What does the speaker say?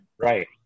Right